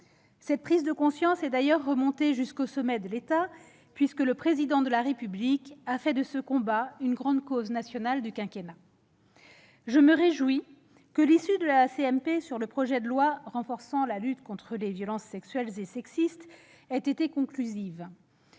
Cette prise de conscience est d'ailleurs remontée jusqu'au sommet de l'État, puisque le Président de la République a fait de ce combat une grande cause nationale du quinquennat. Je me réjouis que la CMP sur le projet de loi renforçant la lutte contre les violences sexuelles et sexistes ait été conclusive.